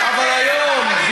אבל היום,